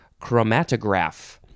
chromatograph